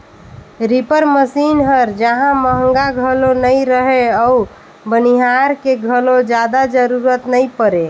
reaper machine हर जहां महंगा घलो नई रहें अउ बनिहार के घलो जादा जरूरत नई परे